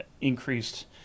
increased